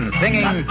singing